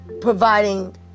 providing